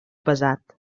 pesat